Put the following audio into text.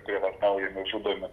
prievartaujami žudomi